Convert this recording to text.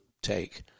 take